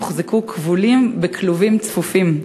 הוחזקו כבולים בכלובים צפופים.